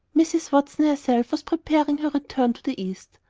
mrs. watson herself was preparing for return to the east.